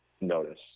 notice